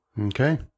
Okay